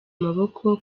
amaboko